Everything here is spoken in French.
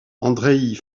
andreï